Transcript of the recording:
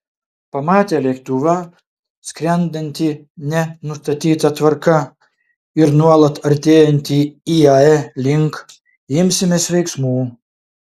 pamatę lėktuvą skrendantį ne nustatyta tvarka ir nuolat artėjantį iae link imsimės veiksmų